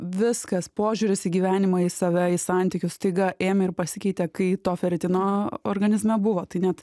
viskas požiūris į gyvenimą į save į santykius staiga ėmė ir pasikeitė kai to feritino organizme buvo tai net